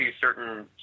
certain